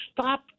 stop